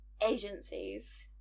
agencies